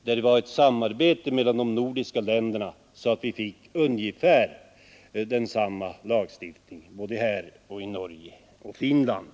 Det borde vara ett samarbete mellan de nordiska länderna, så att vi fick ungefär samma lagstiftning i Sverige, Norge och Finland.